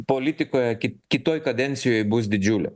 politikoje kaip kitoj kadencijoj bus didžiulė